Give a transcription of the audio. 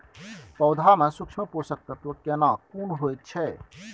पौधा में सूक्ष्म पोषक तत्व केना कोन होय छै?